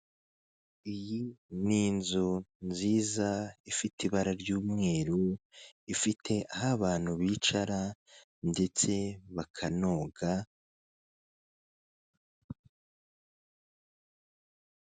Iyi ni inzu nziza ifite ibara ry'umweru ifite aho abantu bicara ndetse bakanoga.